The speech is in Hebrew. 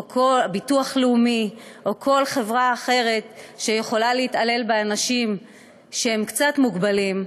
הביטוח הלאומי או כל חברה אחרת שיכולה להתעלל באנשים שהם קצת מוגבלים,